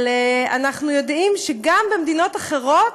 אבל אנחנו יודעים שגם במדינות אחרות,